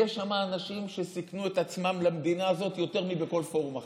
יש שם אנשים שסיכנו את עצמם בשביל המדינה הזאת יותר מבכל פורום אחר.